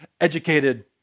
educated